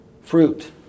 Fruit